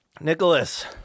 Nicholas